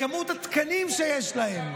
במספר התקנים שיש להם.